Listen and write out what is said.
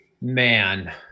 man